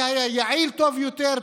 זה היה יעיל יותר,